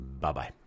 Bye-bye